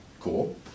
cool